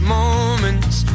moments